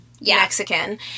Mexican